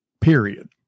period